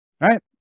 right